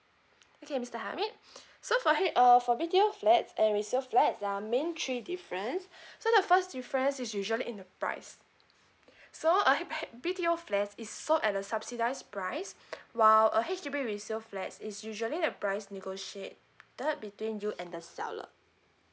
okay mister hamid so for H err for B_T_O flats and resale flat there're main three difference so the first difference is usually in the price so uh h h B_T_O flats is sold at the subsidised price while a H_D_B resale flat is usually the price negotiated between you and the seller